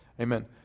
Amen